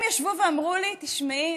הם ישבו ואמרו לי: תשמעי,